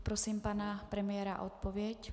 Poprosím pana premiéra o odpověď.